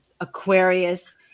aquarius